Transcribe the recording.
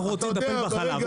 אנחנו רוצים לטפל בחלב,